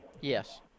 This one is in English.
Yes